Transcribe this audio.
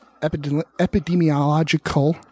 epidemiological